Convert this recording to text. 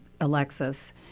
Alexis